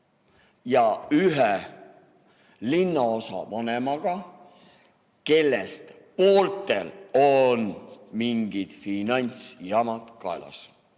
ja ühe linnaosavanemaga, kellest pooltel on mingid finantsjamad kaelas.